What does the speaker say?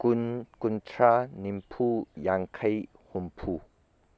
ꯀꯨꯟ ꯀꯨꯟꯊ꯭ꯔꯥ ꯅꯤꯐꯨ ꯌꯥꯡꯈꯩ ꯍꯨꯝꯐꯨ